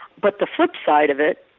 but the flip side of it,